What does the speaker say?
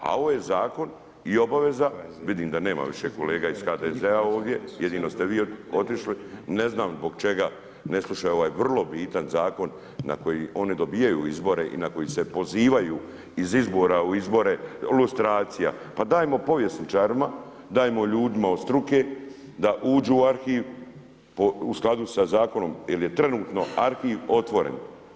A ovo je Zakon i obaveza, vidim da nema više kolega iz HDZ-a ovdje, jedino ste vi otišli ne znam zbog čega ne slušaju ovaj vrlo bitan zakon na koji oni dobijaju izbore i na koje se pozivaju iz izbora u izbore, lustracija, pa dajmo povjesničarima dajmo ljudima od struke da uđu u arhiv u skladu sa zakonom jer je trenutno arhiv otvoren.